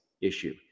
issue